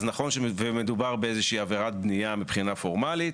אז נכון שמדובר באיזושהי עבירת בנייה מבחינה פורמלית,